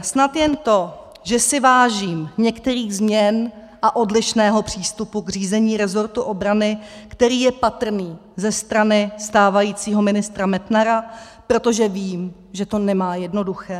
Snad jen to, že si vážím některých změn a odlišného přístupu k řízení resortu obrany, který je patrný ze strany stávajícího ministra Metnara, protože vím, že to nemá jednoduché.